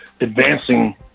advancing